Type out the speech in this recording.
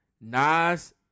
Nas